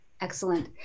excellent